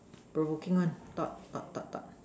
provoking one thought thought thought thought